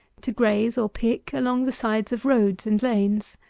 to graze, or pick, along the sides of roads and lanes.